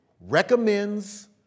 recommends